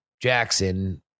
Jackson